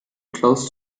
close